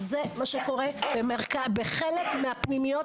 זה מה שקורה בחלק מהפנימיות,